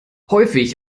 häufig